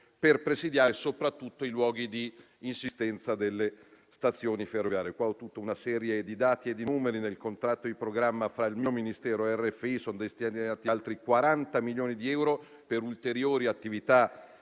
per presidiare soprattutto i luoghi di insistenza delle stazioni ferroviarie. Ho tutta una serie di dati e di numeri; nel contratto di programma fra il Ministero delle infrastrutture e dei trasporti e RFI sono destinati altri 40 milioni di euro per ulteriori attività